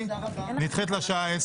אני חושב שפה אין